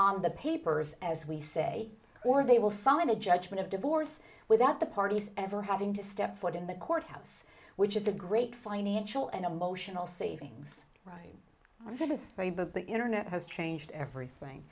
on the papers as we say or they will sign a judgment of divorce without the parties ever having to step foot in the courthouse which is a great financial and emotional savings right i'm going to say that the internet has changed everything